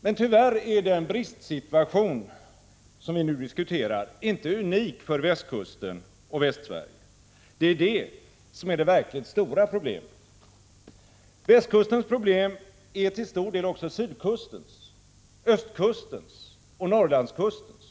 Men tyvärr är den bristsituation som vi nu diskuterar inte unik för västkusten och Västsverige. Det är detta som är det verkligt stora problemet. Västkustens problem är till stor del också sydkustens, östkustens och Norrlandskustens.